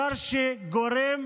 שר שגורם